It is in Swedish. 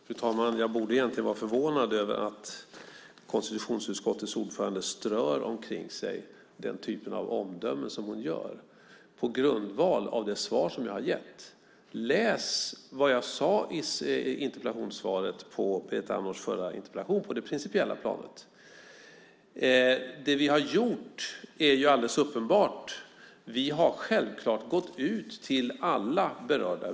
Fru talman! Egentligen borde jag vara förvånad över att konstitutionsutskottets ordförande strör omkring sig omdömen så som hon gör på grundval av det svar som jag har gett. Läs vad jag på det principiella planet sade i svaret på Berit Andnors förra interpellation! Det vi har gjort är alldeles uppenbart. Självklart har vi gått ut till alla berörda.